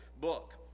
book